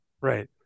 Right